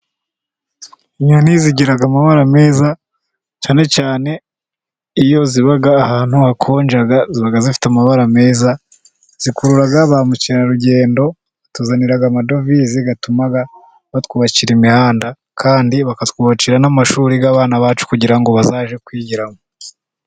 Inyoni zigira amabara meza, cyane cyane iyo ziba ahantu hakonja ziba zifite amabara meza, zikurura ba mukerarugendo batuzanira amadovize, zigatuma batwubakira imihanda, kandi bakatwu bakira n'amashuri y'abana bacu kugira ngo bazajye kwigiramo.